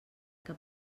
que